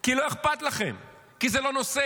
כי לא אכפת לכם, כי זה לא הנושא.